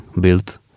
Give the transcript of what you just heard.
built